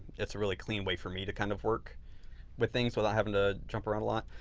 it's a really clean way for me to kind of work with things without having to jump around a lot.